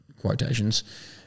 quotations